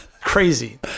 Crazy